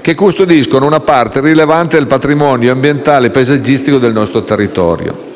che custodiscono una parte rilevante del patrimonio ambientale e paesaggistico del nostro territorio.